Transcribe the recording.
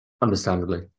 understandably